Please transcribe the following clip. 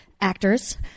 actors